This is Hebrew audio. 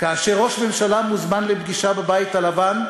כאשר ראש הממשלה מוזמן לפגישה בבית הלבן,